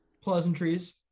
pleasantries